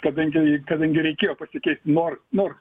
kadangi kadangi reikėjo pasikeisti nors nors